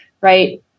right